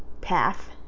path